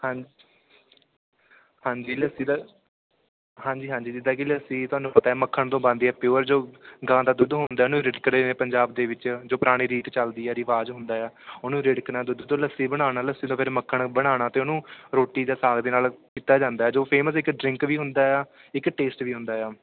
ਹਾਂ ਹਾਂਜੀ ਲੱਸੀ ਦਾ ਹਾਂਜੀ ਹਾਂਜੀ ਜਿੱਦਾਂ ਕਿ ਲੱਸੀ ਤੁਹਾਨੂੰ ਪਤਾ ਮੱਖਣ ਤੋਂ ਬਣਦੀ ਹੈ ਪਿਓਰ ਜੋ ਗਾਂ ਦਾ ਦੁੱਧ ਹੁੰਦਾ ਉਹਨੂੰ ਰਿੜਕਦੇ ਪੰਜਾਬ ਦੇ ਵਿੱਚ ਜੋ ਪੁਰਾਣੀ ਰੀਤ ਚੱਲਦੀ ਆ ਰਿਵਾਜ਼ ਹੁੰਦਾ ਆ ਉਹਨੂੰ ਰਿੜਕਣਾ ਦੁੱਧ ਤੋਂ ਲੱਸੀ ਬਣਾਉਣਾ ਲੱਸੀ ਤੋਂ ਫਿਰ ਮੱਖਣ ਬਣਾਉਣਾ ਅਤੇ ਉਹਨੂੰ ਰੋਟੀ ਜਾਂ ਸਾਗ ਦੇ ਨਾਲ ਪੀਤਾ ਜਾਂਦਾ ਜੋ ਫੇਮਸ ਇੱਕ ਡਰਿੰਕ ਵੀ ਹੁੰਦਾ ਆ ਇੱਕ ਟੇਸਟ ਵੀ ਹੁੰਦਾ ਆ